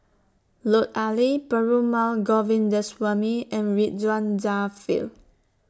Lut Ali Perumal Govindaswamy and Ridzwan Dzafir